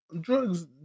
Drugs